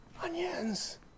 Onions